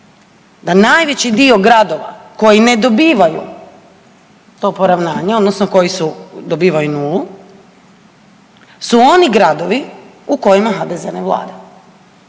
da najveći dio gradova koji ne dobivaju to poravnanje odnosno koji su dobivaju nulu su oni gradovi u kojima HDZ ne vlada.